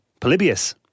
Polybius